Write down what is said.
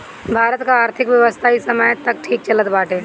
भारत कअ आर्थिक व्यवस्था इ समय तअ ठीक चलत बाटे